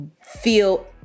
feel